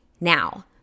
now